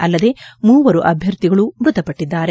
ಅಲ್ಲದೇ ಮೂವರು ಅಭ್ಯರ್ಥಿಗಳೂ ಮೃತಪಟ್ಟಿದ್ದಾರೆ